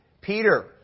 Peter